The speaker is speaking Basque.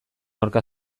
aurka